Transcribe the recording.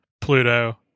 Pluto